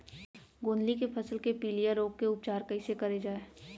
गोंदली के फसल के पिलिया रोग के उपचार कइसे करे जाये?